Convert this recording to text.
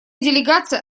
делегация